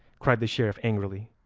cried the sheriff angrily.